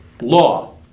law